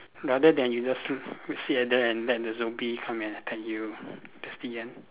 rather than you just sit and then and let the zombie come and attack you that's the end